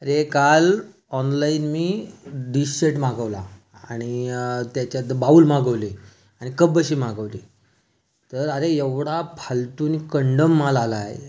अरे काल ऑनलाइन मी डिश सेट मागवला आणि त्याच्यात बाउल मागवले आणि कपबशी मागवली तर अरे एवढा फालतू आणि कंडम माल आला आहे तो